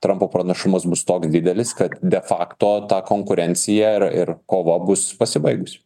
trampo pranašumas bus toks didelis kad de fakto tą konkurencija ir ir kova bus pasibaigusi